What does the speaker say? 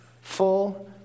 full